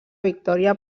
victòria